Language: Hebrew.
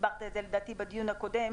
הסברת את זה לדעתי בדיון הקודם,